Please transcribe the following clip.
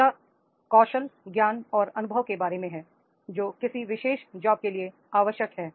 अगला कौशल ज्ञान और अनुभव के बारे में है जो किसी विशेष जॉब के लिए आवश्यक है